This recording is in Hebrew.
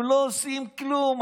הם לא עושים כלום,